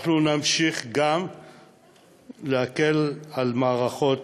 אנחנו נמשיך גם להקל על מערכות